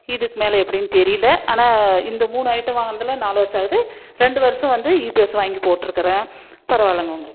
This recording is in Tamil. இதுக்கு மேலே எப்டின்னு தெரியல ஆனால் இந்த மூணு ஐட்டம் வாங்கினதுல நாலு வருஷம் ஆகுது ரெண்டு வருஷம் வந்து இபிஎஸ் வாங்கி போட்ருக்கறேன் பரவாயில்லங்க உங்களுக்கு